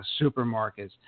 supermarkets